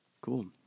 Cool